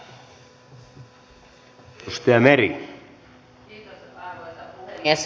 arvoisa puhemies